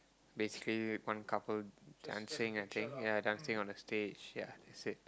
basically one couple dancing I think ya dancing on the stage ya that's it